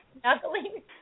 snuggling